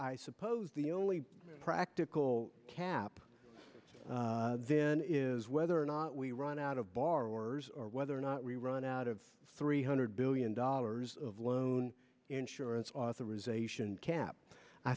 i suppose the only practical cap then is whether or not we run out of borrowers or whether or not we run out of three hundred billion dollars of loan insurance authorization cap i